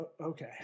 Okay